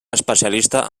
especialista